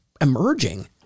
emerging